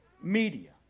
media